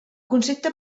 concepte